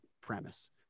premise